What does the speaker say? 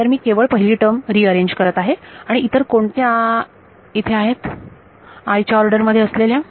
तर मी केवळ पहिली टर्म रीअरेंज करत आहे आणि इतर कोणत्या इथे आहेत च्या ऑर्डर मध्ये असलेल्या